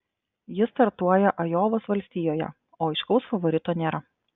jis startuoja ajovos valstijoje o aiškaus favorito nėra